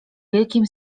wielkim